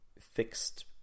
fixed